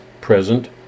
present